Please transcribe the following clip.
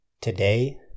today